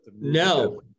No